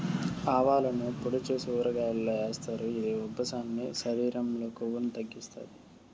ఆవాలను పొడి చేసి ఊరగాయల్లో ఏస్తారు, ఇది ఉబ్బసాన్ని, శరీరం లో కొవ్వును తగ్గిత్తాది